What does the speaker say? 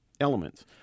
elements